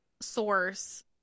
source